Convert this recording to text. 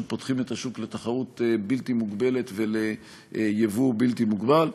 פותחים את השוק לתחרות בלתי מוגבלת וליבוא בלתי מוגבל.